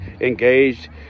engaged